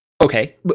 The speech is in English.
okay